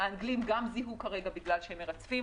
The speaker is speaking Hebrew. האנגלים גם זיהו כרגע כי הם מרצפים.